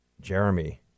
Jeremy